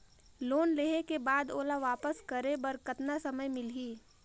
Loan लेहे के बाद ओला वापस करे बर कतना समय मिलही?